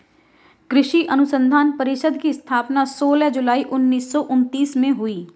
कृषि अनुसंधान परिषद की स्थापना सोलह जुलाई उन्नीस सौ उनत्तीस में हुई